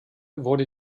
wurde